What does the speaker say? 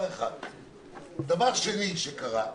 דבר שני שקרה,